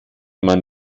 man